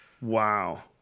Wow